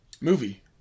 movie